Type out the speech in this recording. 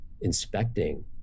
inspecting